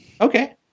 Okay